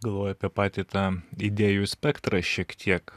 galvoju apie patį tą idėjų spektrą šiek tiek